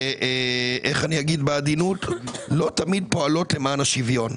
ואני אומר בעדינות שלא תמיד פועלות למען השוויון.